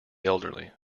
elderly